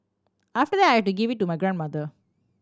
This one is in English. after that I had to give it to my grandmother